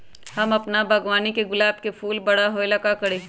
हम अपना बागवानी के गुलाब के फूल बारा होय ला का करी?